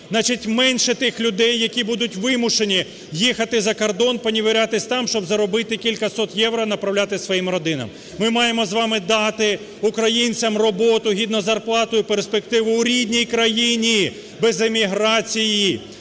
менше тих людей, які будуть вимушені їхати за кордон поневірятись там, щоб заробити кількасот євро, направляти своїм родинам. Ми маємо з вами дати українцям роботу, гідну зарплату і перспективу у рідній країні, без еміграції.